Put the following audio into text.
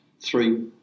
three